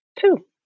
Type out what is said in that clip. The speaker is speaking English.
Two